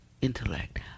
intellect